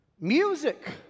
Music